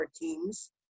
teams